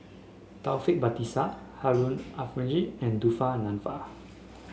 Taufik Batisah Harun Aminurrashid and Dufa Nanfa